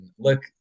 Look